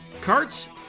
carts